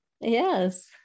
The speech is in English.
Yes